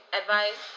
advice